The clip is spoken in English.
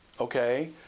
Okay